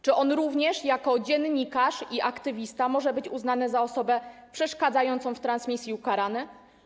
Czy on również jako dziennikarz i aktywista może być uznany za osobę przeszkadzającą w transmisji i ukarany?